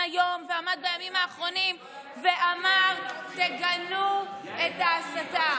היום ועמד בימים האחרונים ואמר: תגנו את ההסתה.